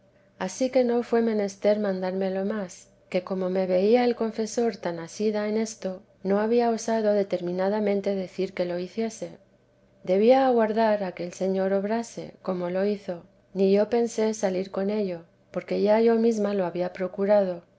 ansí que no fué menester mandármelo más que como me veía el confesor tan asida en esto no había osado determinadamente decir que lo hiciese debía aguardar a que el señor obrase como lo hizo ni yo pensé salir con ello porque ya yo mesma lo había procurado